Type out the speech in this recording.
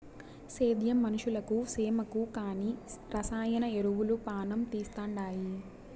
సేద్యం మనుషులకు సేమకు కానీ రసాయన ఎరువులు పానం తీస్తండాయి